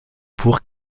pour